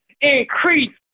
increase